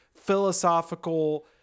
philosophical